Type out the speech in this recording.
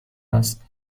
است